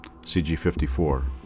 CG-54